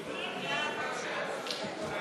ההסתייגות של קבוצת סיעת הרשימה המשותפת